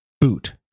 boot